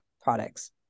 products